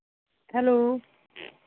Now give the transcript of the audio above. hello